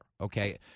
okay